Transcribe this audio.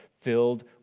filled